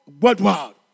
worldwide